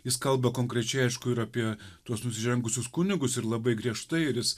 jis kalba konkrečiai aišku ir apie tuos nusižengusius kunigus ir labai griežtai ir jis